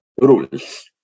rules